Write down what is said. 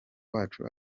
wacu